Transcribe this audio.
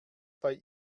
bei